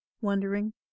wondering